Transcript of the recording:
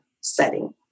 setting